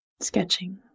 sketching